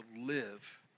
live